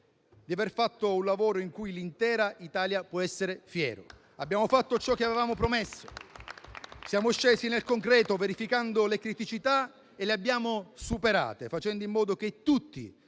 di aver fatto un lavoro di cui l'intera Italia può essere fiera. Abbiamo fatto ciò che avevamo promesso. Siamo scesi nel concreto, verificando le criticità e le abbiamo superate, facendo in modo che tutti